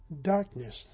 darkness